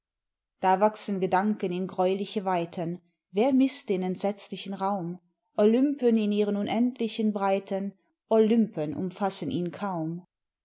da wachsen gedanken in gräuliche weiten wer misst den entsetzlichen raum olympen in ihren unendlichen breiten olympen umfassen ihn kaum